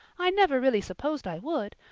i never really supposed i would,